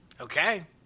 Okay